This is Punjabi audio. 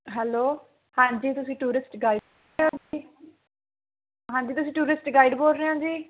ਹੈਲੋ ਹਾਂਜੀ ਤੁਸੀਂ ਟੂਰਿਸਟ ਗਾਈਡ ਹਾਂਜੀ ਤੁਸੀਂ ਟੂਰਿਸਟ ਗਾਈਡ ਬੋਲ ਰਹੇ ਹੋ ਜੀ